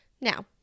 Now